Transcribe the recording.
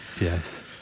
Yes